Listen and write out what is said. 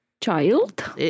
child